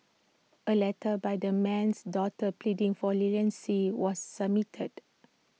A letter by the man's daughter pleading for leniency was submitted